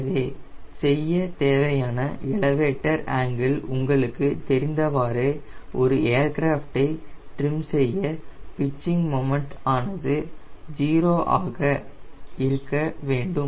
எனவே செய்ய தேவையான எலவேட்டர் ஆங்கிள் உங்களுக்கு தெரிந்தவாரே ஒரு ஏர்கிராஃப்டை ட்ரிம் செய்ய பிட்சிங் மொமண்ட் ஆனது 0 ஆக இருக்க வேண்டும்